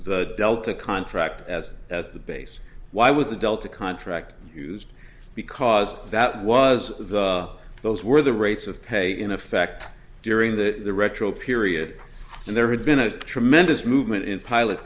the delta contract as as the base why was the delta contract used because that was the those were the rates of pay in effect during that the retro period and there had been a tremendous movement in pilots